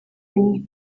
imwe